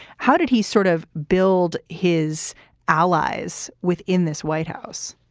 how did he sort of build his allies within this white house?